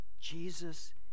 Jesus